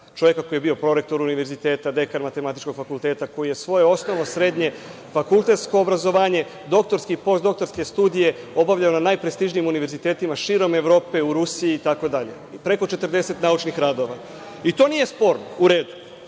čoveka koji je bio prorektor univerziteta, dekan matematičkog fakulteta, koji je svoje osnovno, srednje, fakultetsko obrazovanje, doktorske i postdoktorske studije obavljao na najprestižnijim univerzitetima širom Evrope, u Rusiji itd, preko 40 naučnih radova. I to nije sporno. U redu,